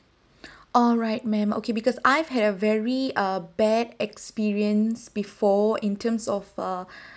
alright ma'am okay because I've had a very uh bad experience before in terms of uh